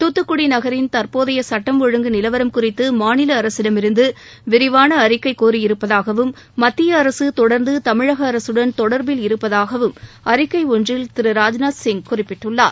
தூத்துக்குடி நகின் தற்போதைய சட்டம் ஒழுங்கு நிலவரம் குறித்து மாநில அரசிடமிருந்து விரிவான அறிக்கை கோரி இருப்பதாகவும் மத்திய அரசு தொடா்ந்து தமிழக அரசுடன் தொடா்பில் இருப்பதாகவும் அறிக்கை ஒன்றில் திரு ராஜ்நாத்சிங் குறிப்பிட்டுள்ளார்